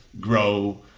grow